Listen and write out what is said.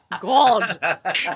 God